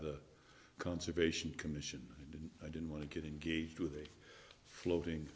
the conservation commission and i didn't want to get engaged with a floating